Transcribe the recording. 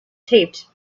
taped